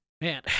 man